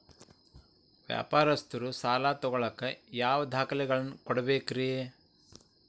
ವ್ಯಾಪಾರಸ್ಥರು ಸಾಲ ತಗೋಳಾಕ್ ಯಾವ ದಾಖಲೆಗಳನ್ನ ಕೊಡಬೇಕ್ರಿ?